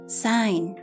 sign